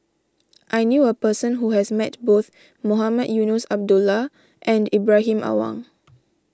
I knew a person who has met both Mohamed Eunos Abdullah and Ibrahim Awang